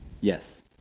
Yes